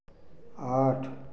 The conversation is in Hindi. आठ